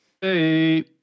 Hey